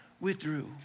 withdrew